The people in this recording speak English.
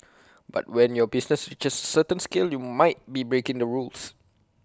but when your business reaches A certain scale you might be breaking the rules